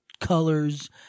colors